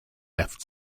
left